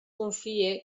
confie